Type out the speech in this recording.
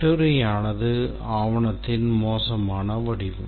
கட்டுரை ஆனது ஆவணத்தின் மோசமான வடிவம்